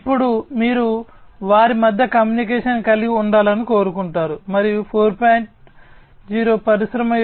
ఇప్పుడు మీరు వారి మధ్య కమ్యూనికేషన్ కలిగి ఉండాలని కోరుకుంటారు మరియు పరిశ్రమ 4